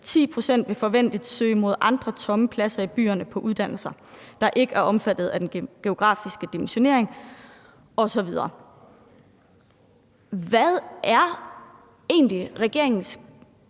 vil forventeligt søge mod andre »tomme« pladser i byerne på uddannelser, der ikke er omfattet af den geografiske dimensionering ...« Jeg går